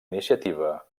iniciativa